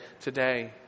today